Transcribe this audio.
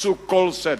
חפשו כל סדק,